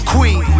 Queen